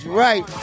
right